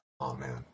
Amen